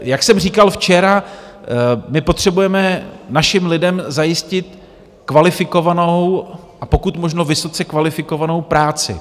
Jak jsem říkal včera, my potřebujeme našim lidem zajistit kvalifikovanou, a pokud možno vysoce kvalifikovanou práci.